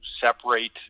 separate